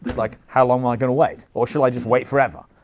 like how long am i gonna wait? or shall i just wait forever?